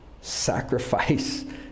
sacrifice